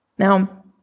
Now